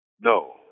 No